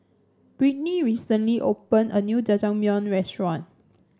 Brittany recently opened a new Jajangmyeon Restaurant